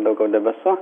daugiau debesų